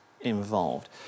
involved